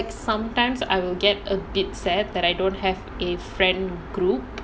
like sometimes I will get a bit sad that I don't have a friend group